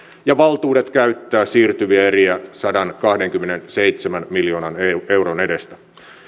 ja valtuudet käyttää siirtyviä eriä sadankahdenkymmenenseitsemän miljoonan euron edestä